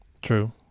True